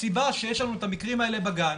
הסיבה שיש לנו את המקרים האלה בגן,